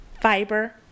fiber